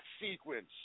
sequence